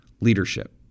leadership